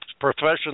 professional